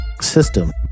system